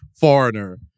foreigner